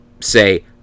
say